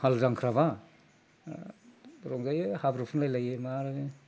हाल जांख्राब्ला बैयो हाब्रु फुनलायलायो मा